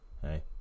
Hey